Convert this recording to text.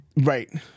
Right